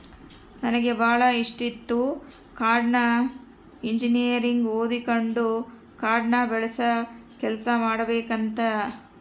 ನನಗೆ ಬಾಳ ಇಷ್ಟಿತ್ತು ಕಾಡ್ನ ಇಂಜಿನಿಯರಿಂಗ್ ಓದಕಂಡು ಕಾಡ್ನ ಬೆಳಸ ಕೆಲ್ಸ ಮಾಡಬಕಂತ